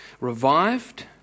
revived